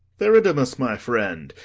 theridamas, my friend,